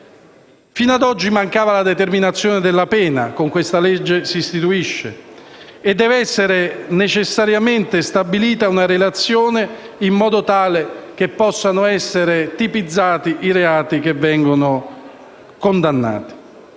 Fino ad oggi mancava la determinazione della pena; con questa legge si istituisce, e dev'essere necessariamente stabilita, una relazione in modo tale che possano essere tipizzati i reati che vengono condannati.